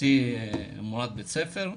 אשתי מורה בבית ספר.